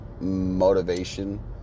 motivation